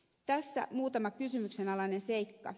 tässä muutama kysymyksenalainen seikka